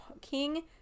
King